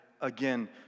again